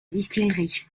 distillerie